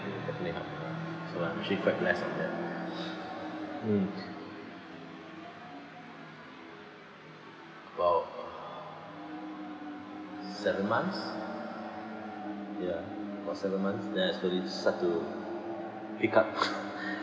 they will definitely help ah so I'm actually quite blessed of that mm !wow! seven months ya it was seven months then I slowly start to pick up